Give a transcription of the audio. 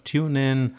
TuneIn